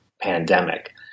pandemic